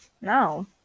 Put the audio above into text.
No